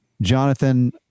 Jonathan